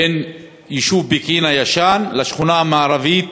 בין היישוב פקיעין, הישן, לשכונה המערבית